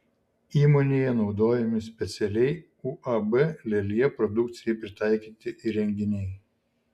įmonėje naudojami specialiai uab lelija produkcijai pritaikyti įrenginiai